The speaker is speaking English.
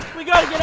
we gotta